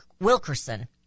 Wilkerson